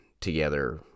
together